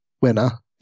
winner